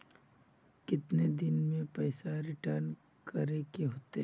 कितने दिन में पैसा रिटर्न करे के होते?